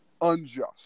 Unjust